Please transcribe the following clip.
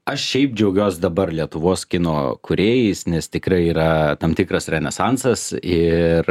aš šiaip džiaugiuos dabar lietuvos kino kūrėjais nes tikrai yra tam tikras renesansas ir